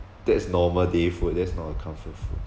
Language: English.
that's normal day food that's not a comfort food